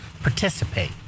participate